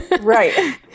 Right